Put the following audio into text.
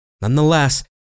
Nonetheless